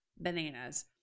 bananas